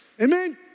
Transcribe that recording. Amen